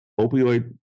Opioid